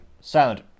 silent